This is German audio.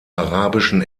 arabischen